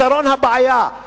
לפתרון הבעיה.